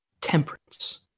Temperance